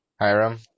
Hiram